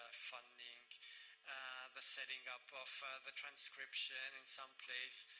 funding the setting up of the transcription and someplace,